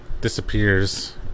disappears